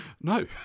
No